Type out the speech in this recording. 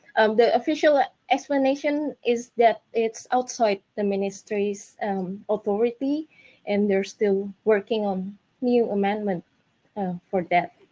um the official explanation is that it's outside the ministry's authority and they're still working on new amendment for that,